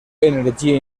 energia